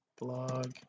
blog